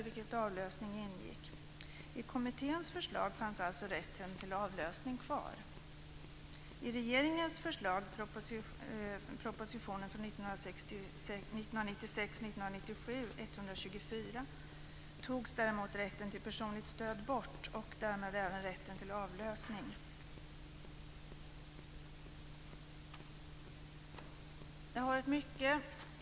Detta hade särskilt stor betydelse för familjer med barn med funktionshinder.